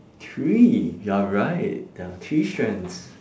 three you're right there are three strands